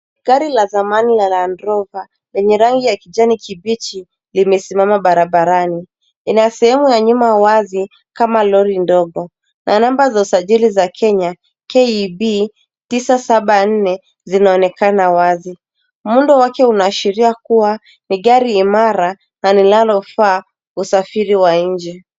Gari la zamani la Land rover lenye rangi ya kijani kibichi limesimama barabarani. Lina sehemu ya nyuma wazi kama lori ndogo na namba za usajili za Kenya KUB 974 zinaonekana wazi. Muundo wake unaashiria kuwa ni gari imara na linalofaa usafiri wa nje.